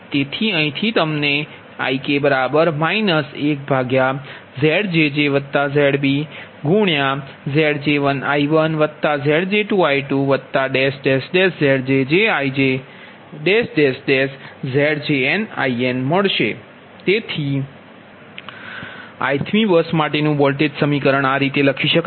અહીંથી તમને Ik 1ZjjZbZj1I1Zj2I2ZjjIjZjnIn મળશે તેથી ith મી બસ માટેનુ વોલ્ટેજનુ સમીકરણ આ રીતે લખી શકાય